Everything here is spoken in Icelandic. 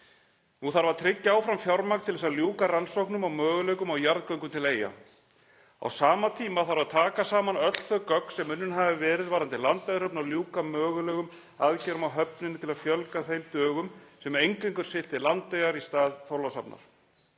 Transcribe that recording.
Nú þarf að tryggja áfram fjármagn til að ljúka rannsóknum og möguleikum á jarðgöngum til Eyja. Á sama tíma þarf að taka saman öll þau gögn sem unnin hafa verið varðandi Landeyjahöfn og ljúka mögulegum aðgerðum á höfninni til að fjölga þeim dögum sem eingöngu er siglt til Landeyja í stað Þorlákshafnar.